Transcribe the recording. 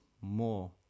more